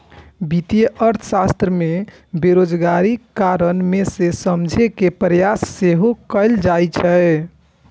वित्तीय अर्थशास्त्र मे बेरोजगारीक कारण कें समझे के प्रयास सेहो कैल जाइ छै